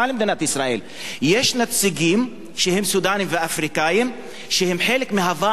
יש נציגים שהם סודנים ואפריקנים שהם חלק מהוועד העממי של הכפר.